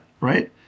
right